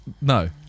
No